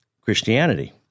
Christianity